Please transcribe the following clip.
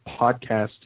podcast